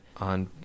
on